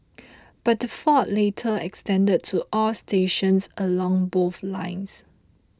but the fault later extended to all stations along both lines